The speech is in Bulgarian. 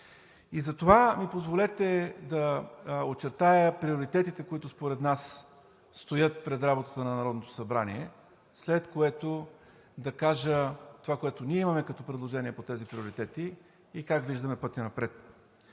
Затова ми позволете да очертая приоритетите, които според нас стоят пред работата на Народното събрание, след което да кажа това, което ние имаме като предложения по тези приоритети и как виждаме пътя напред.